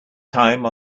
time